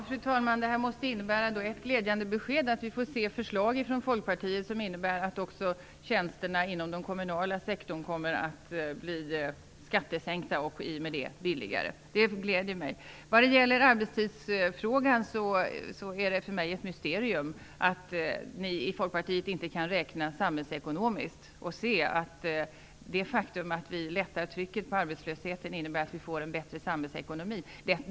Fru talman! Detta måste innebära ett glädjande besked, dvs. att vi får se förslag från Folkpartiet som innebär att också tjänsterna inom den kommunala sektorn kommer att bli skattesänkta och i och med det billigare. Det gläder mig. Vad gäller arbetstidsfrågan är det för mig ett mysterium att ni i Folkpartiet inte kan räkna samhällsekonomiskt och se att det faktum att vi lättar trycket på arbetslösheten innebär att vi får en bättre samhällsekonomi.